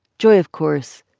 joy, of course,